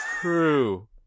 True